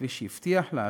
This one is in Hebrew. כפי שהבטיחו לעשות,